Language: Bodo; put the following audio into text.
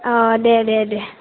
अ दे दे दे